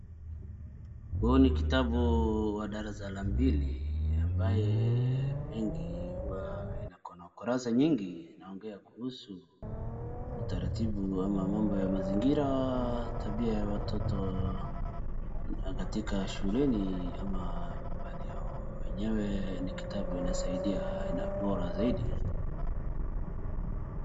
Huu ni kitabu wa darasa la mbili ambaye mingi huwa iko na kurasa nyingi zinaongeza kuhusu utaratibu ama mambo ya mazingira, tabia ya watoto katika shuleni ama nyumbani yao. Enyewe ni kitabu inasaidia ina bora zaidi.